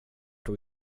tog